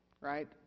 right